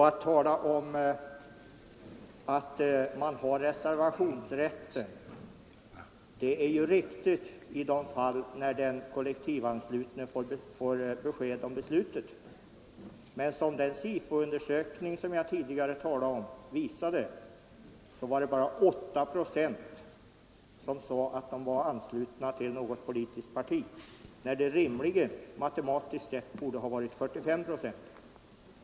Att tala om att man har reservationsrätt är riktigt i de fall då den kollektivanslutne får besked om beslutet. Men den Sifo-undersökning jag tidigare talade om visade att det bara var åtta procent som sade att de var anslutna till något politiskt parti. Det borde rimligen, matematiskt sett, ha varit 45 procent.